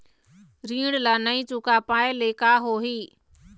ऋण ला नई चुका पाय ले का होही?